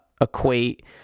equate